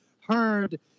heard